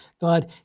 God